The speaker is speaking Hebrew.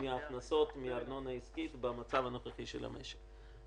מההכנסות מהארנונה העסקית במצב הנוכחי של המשק.